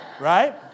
Right